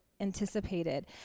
Anticipated